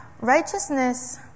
Righteousness